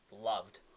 loved